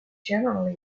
generally